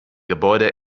gebäude